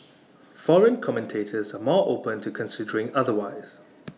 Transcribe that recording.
foreign commentators are more open to considering otherwise